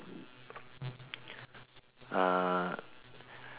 uh